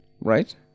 Right